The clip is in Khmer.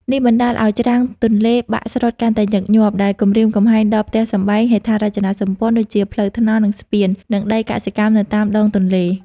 នេះបណ្តាលឱ្យច្រាំងទន្លេបាក់ស្រុតកាន់តែញឹកញាប់ ដែលគំរាមកំហែងដល់ផ្ទះសម្បែង ហេដ្ឋារចនាសម្ព័ន្ធ ដូចជាផ្លូវថ្នល់ និងស្ពាន និងដីកសិកម្មនៅតាមដងទន្លេ។